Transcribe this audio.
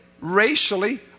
racially